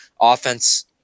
offense